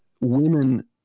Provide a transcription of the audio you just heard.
women